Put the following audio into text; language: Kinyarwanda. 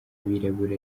abirabura